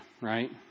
right